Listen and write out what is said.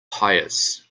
pious